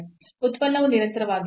ಉತ್ಪನ್ನವು ನಿರಂತರವಾಗಿರುತ್ತದೆ